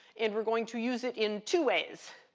and we're going to use it in two ways.